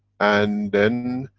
and then,